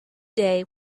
day